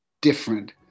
different